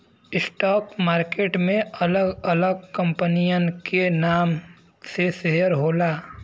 stock market में अलग अलग कंपनियन के नाम से शेयर होला